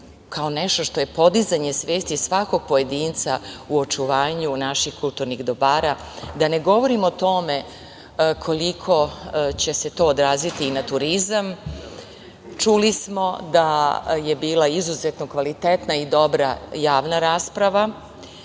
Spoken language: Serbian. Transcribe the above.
kao nešto što je podizanje svesti svakog pojedinca u očuvanju naših kulturnih dobara, da ne govorim o tome koliko će se to odraziti na turizam. Čuli smo da je bila izuzetno kvalitetna i dobra javna rasprava